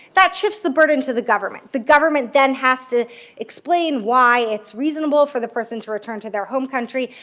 that shifts the burden to the government. the government then has to explain why it's reasonable for the person to return to their home country,